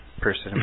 person